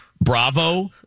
Bravo